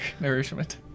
nourishment